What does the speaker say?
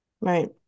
right